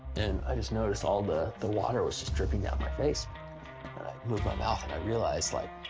and i just noticed all the the water was just dripping down my face. and i moved my mouth and i realized, like,